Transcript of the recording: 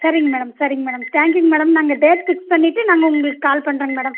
சரிங் மேடம் சரிங் மேடம் தேங்க்யூங்க மேடம் நாங்கள் டேட் ஃபிக்ஸ் பண்ணிவிட்டு நாங்கள் உங்களுக்கு கால் பண்றேங்க மேடம்